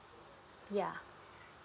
ya